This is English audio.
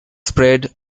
spread